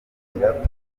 nyirakuru